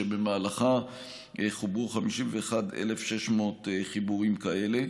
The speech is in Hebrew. שבמהלכה חוברו 51,600 חיבורים כאלה.